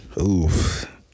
Oof